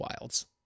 wilds